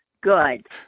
Good